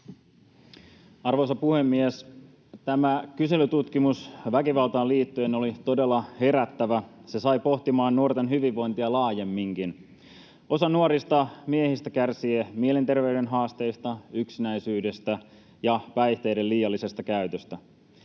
Arvoisa puhemies! Tämä kyselytutkimus väkivaltaan liittyen oli todella herättävä. Se sai pohtimaan nuorten hyvinvointia laajemminkin. Osa nuorista miehistä kärsii mielenterveyden haasteista, yksinäisyydestä ja päihteiden liiallisesta käytöstä.